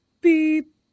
beep